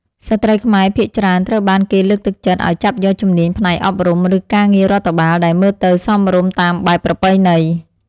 ស្ត្រីខ្មែរភាគច្រើនត្រូវបានគេលើកទឹកចិត្តឱ្យចាប់យកជំនាញផ្នែកអប់រំ ឬការងាររដ្ឋបាលដែលមើលទៅសមរម្យតាមបែបប្រពៃណី។